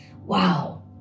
Wow